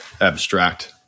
abstract